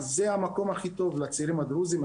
זה המקום הכי טוב לצעירים הדרוזים.